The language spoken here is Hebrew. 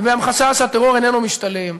ובהמחשה שהטרור איננו משתלם,